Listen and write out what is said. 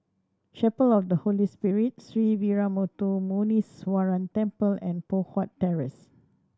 Chapel of the Holy Spirit Sree Veeramuthu Muneeswaran Temple and Poh Huat Terrace